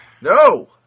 No